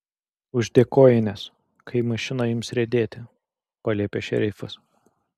uždek kojines kai mašina ims riedėti paliepė šerifas